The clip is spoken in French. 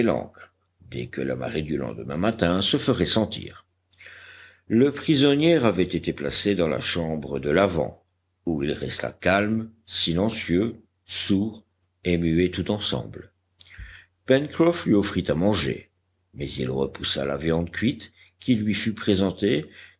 dès que la marée du lendemain matin se ferait sentir le prisonnier avait été placé dans la chambre de l'avant où il resta calme silencieux sourd et muet tout ensemble pencroff lui offrit à manger mais il repoussa la viande cuite qui lui fut présentée